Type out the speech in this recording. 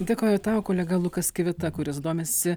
dėkoju tau kolega lukas kivitą kuris domisi